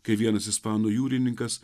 kai vienas ispanų jūrininkas